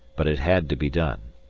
but it had to be done.